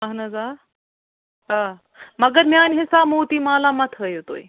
اہن حظ آ آ مگر میٛٲنہِ حِساب موتی مالہ مَہ تھٲیو تُہۍ